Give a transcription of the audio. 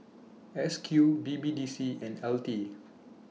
S Q B B D C and L T